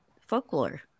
Folklore